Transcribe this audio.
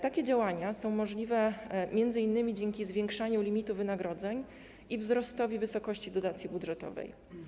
Takie działania są możliwe m.in. dzięki zwiększaniu limitu wynagrodzeń i wzrostowi wysokości dotacji budżetowej.